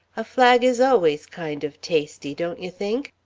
a flag is always kind of tasty, don't you think?